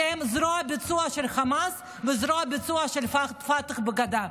כי הם זרוע הביצוע של החמאס וזרוע ביצוע של פתח בגדה.